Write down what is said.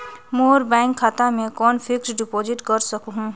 मोर bank खाता मे कौन फिक्स्ड डिपॉजिट कर सकहुं?